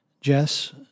Jess